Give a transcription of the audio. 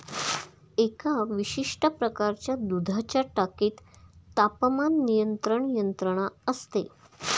एका विशिष्ट प्रकारच्या दुधाच्या टाकीत तापमान नियंत्रण यंत्रणा असते